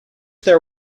there